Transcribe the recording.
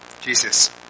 Jesus